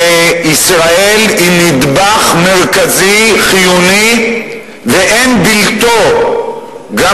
וישראל היא נדבך מרכזי חיוני ואין בלתו גם